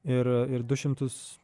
ir ir du šimtus